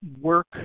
work